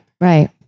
right